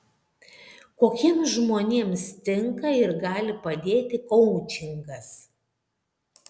kokiems žmonėms tinka ir gali padėti koučingas